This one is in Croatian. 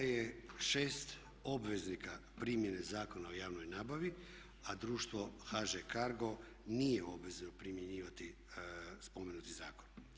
je 6 obveznika primjene Zakona o javnoj nabavi a društvo HŽ CARGO nije u obvezi primjenjivati spomenuti zakon.